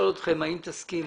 000 שקלים,